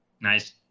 Nice